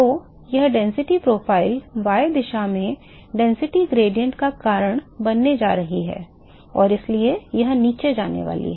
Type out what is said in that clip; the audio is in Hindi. तो यह घनत्व प्रोफ़ाइल y दिशा में घनत्व प्रवणता का कारण बनने जा रही है और इसलिए यह नीचे जाने वाली है